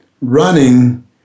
running